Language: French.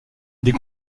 des